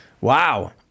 Wow